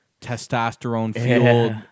testosterone-fueled